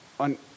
on